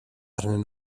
arnyn